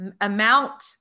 amount